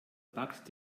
backt